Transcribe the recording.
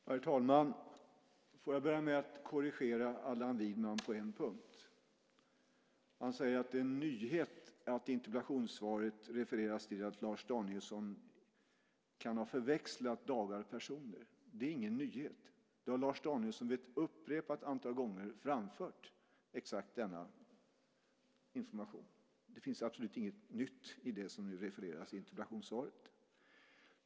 Herr talman! Låt mig börja med att korrigera Allan Widman på en punkt. Han säger att det är en nyhet att det i interpellationssvaret refereras till att Lars Danielsson kan ha förväxlat dagar och personer. Det är ingen nyhet. Exakt denna information har Lars Danielsson vid ett upprepat antal gånger framfört. Det finns absolut inget nytt i det som nu refereras i interpellationssvaret.